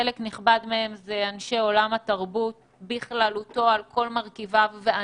חלק נכבד מזה הם אנשים עולם התרבות על כל ענפיו